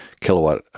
kilowatt